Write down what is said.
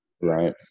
Right